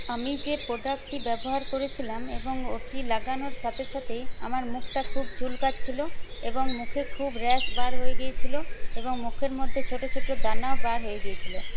আমি যে প্রোডাক্টটি ব্যবহার করেছিলাম এবং ওটি লাগানোর সাথে সাথেই আমার মুখটা খুব চুলকাচ্ছিল এবং মুখে খুব র্যাশ বার হয়ে গিয়েছিল এবং মুখের মধ্যে ছোট ছোট দানাও বার হয়ে গিয়েছিল